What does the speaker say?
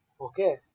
Okay